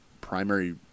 primary